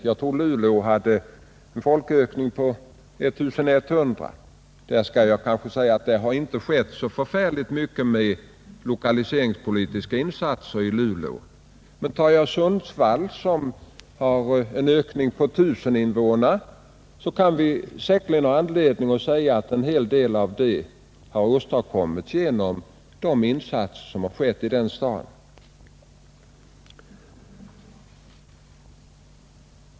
Jag tror att Luleå hade en folkökning år 1970 på 1 100 — men jag skall erkänna att det inte har gjorts så förfärligt stora lokaliseringspolitiska insatser där. Ser vi på Sundsvall, som har en ökning på 1 000 invånare, kan vi säkerligen ha anledning att säga att en hel del av den åstadkommits genom de insatser som har gjorts i den staden.